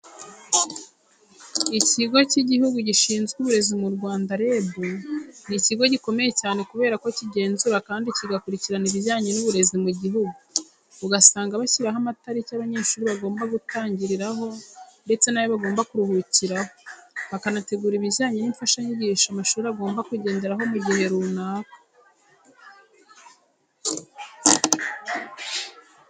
Ikigo cy'Igihugu Gishinzwe Uburezi mu Rwanda REB, ni ikigho gikomeye cyane kubera ko kigenzura kandi kigakurikirana ibijyanye n'uburezi mu gihugu, ugasanga bashyiraho amatariki abanyeshuri bagomba gutangiriraho ndetse n'ayo bagomba kuruhukiraho, bakanategura ibijyanye n'imfashanyigisho amashuri agomba kugenderaho mu gihe runaka.